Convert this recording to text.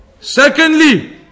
Secondly